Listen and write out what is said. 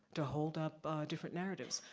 to hold up different narratives.